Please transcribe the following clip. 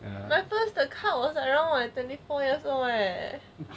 my first the cause was around my twenty four years old leh